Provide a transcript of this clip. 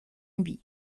mbi